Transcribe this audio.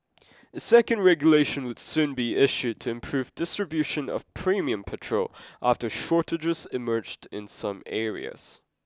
a second regulation would soon be issued to improve distribution of premium patrol after shortages emerged in some areas